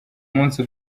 munsi